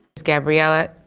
gabriella,